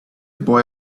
boy